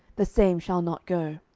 the same shall not go.